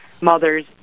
mothers